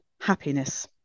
happiness